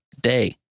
day